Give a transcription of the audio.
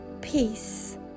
peace